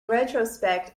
retrospect